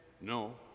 no